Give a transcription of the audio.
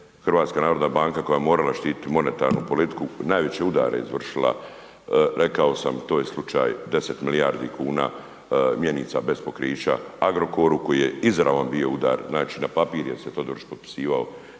banka koja je, HNB koja je morala štititi monetarnu politiku najveće udare izvršila, rekao sam to je slučaj 10 milijardi kuna mjenica bez pokrića Agrokoru koji je izravan bio udar, znači na papir jer se Todorić potpisivao